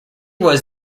was